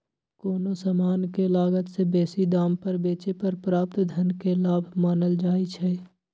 कोनो समान के लागत से बेशी दाम पर बेचे पर प्राप्त धन के लाभ मानल जाइ छइ